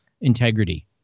integrity